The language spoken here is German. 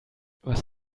was